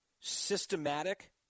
systematic